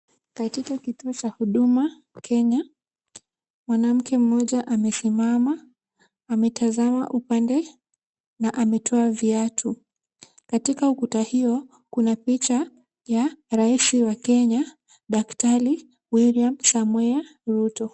Katika kituo cha huduma Kenya, mwanamke moja amesimama ametasama upande na ametoa viatu. Katika ukuta hio kuna picha ya rais wa Kenya daktari William Samoe Ruto.